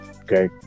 okay